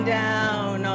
down